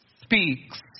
speaks